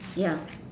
ya